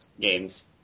games